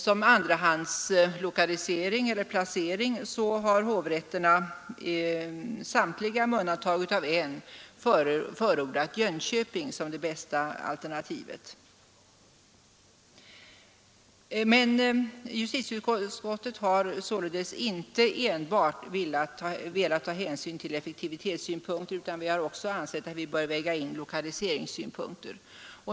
Som andrahandsplacering har samtliga hovrätter med undantag av en förordat Jönköping som det bästa alternativet. Justitieutskottet har dock inte enbart velat ta hänsyn till effektivitetssynpunkter utan också ansett att vi bör väga in lokaliseringssynpunkter.